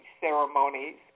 ceremonies